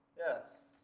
yes.